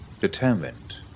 determined